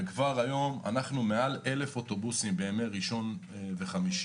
כבר היום אנחנו מעל 1,000 אוטובוסים בימי ראשון וחמישי,